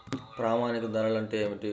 ప్రామాణిక ధరలు అంటే ఏమిటీ?